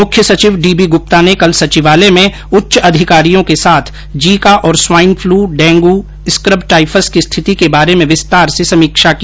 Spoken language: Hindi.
मुख्य सचिव डी बी गुप्ता ने कल सचिवालय में उच्च अधिकारियों के साथ जीका और स्वाइनफ्लू डेंगू स्कबटाइफस की स्थिति के बारे में विस्तार से समीक्षा की